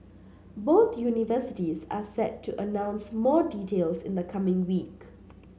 both universities are set to announce more details in the coming week